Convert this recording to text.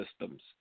systems